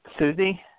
Susie